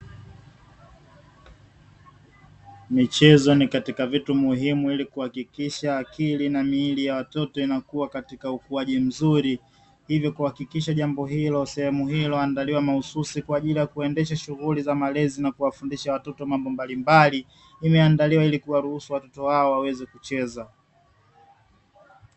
Michezo ni katika vitu muhimu ili kuhakikisha akili na miili ya watoto inakua katika ukuaji mzuri. Hivyo, kuhakikisha jambo hilo sehemu hii iliyoandaliwa mahususi kwa ajili ya kuendesha shughuli za malezi na kuwafundisha watoto mambo mbalimbali, imeandaliwa ili kuwaruhusu watoto hawa waweze kucheza.